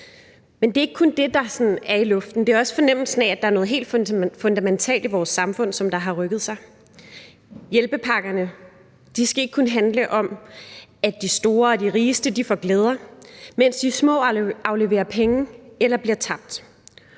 Det er ikke kun det, der er i luften – det er også fornemmelsen af, at der er noget helt fundamentalt i vores samfund, som har rykket sig. Hjælpepakkerne skal ikke kun handle om, at de store og rigeste får glæder, mens de små afleverer penge eller bliver tabt.